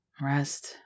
rest